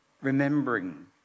Remembering